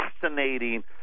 fascinating